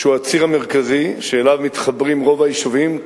שהוא הציר המרכזי שאליו מתחברים רוב היישובים,